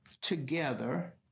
Together